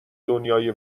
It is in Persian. دنیای